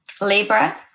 libra